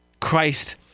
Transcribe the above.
Christ